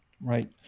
right